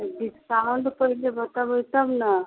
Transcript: discount पहिने बतेबै तब ने